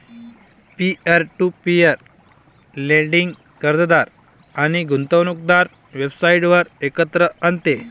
peer to peer lending कर्जदार आणि गुंतवणूकदारांना वेबसाइटवर एकत्र आणते